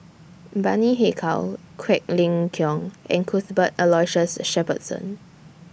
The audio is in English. Bani Haykal Quek Ling Kiong and Cuthbert Aloysius Shepherdson